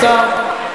ממש קצר.